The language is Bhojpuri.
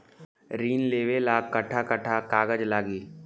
ऋण लेवेला कट्ठा कट्ठा कागज लागी?